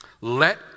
Let